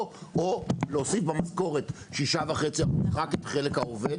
או להוסיף במשכורת 6.5% רק את חלק המעסיק.